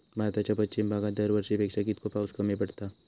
भारताच्या पश्चिम भागात दरवर्षी पेक्षा कीतको पाऊस कमी पडता?